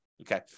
Okay